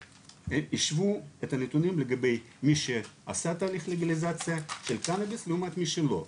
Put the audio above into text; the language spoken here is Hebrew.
השוו את הנתונים לגבי מי שעשה תהליך לגליזציה של קנאביס לעומת מי שלא.